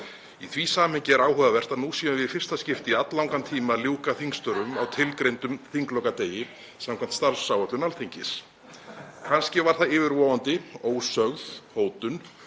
Í því samhengi er áhugavert að nú séum við í fyrsta skipti í alllangan tíma að ljúka þingstörfum á tilgreindum þinglokadegi samkvæmt starfsáætlun Alþingis. Kannski var það yfirvofandi ósögð hótun